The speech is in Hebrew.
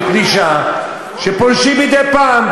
בפלישה שפולשים מדי פעם,